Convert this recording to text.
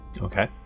Okay